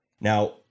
Now